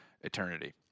eternity